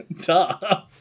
duh